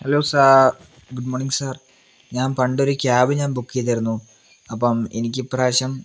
hello sir good morning sir ഞാൻ പണ്ടൊരു cab ഞാൻ ബുക്ക് ചെയ്തിരുന്നു അപ്പം എനിക്കിപ്രാവശ്യം